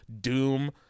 doom